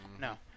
No